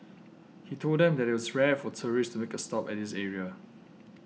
he told them that it was rare for tourists to make a stop at this area